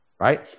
Right